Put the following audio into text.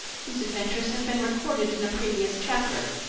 whose adventures have been recorded in a previous chapter.